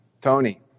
Tony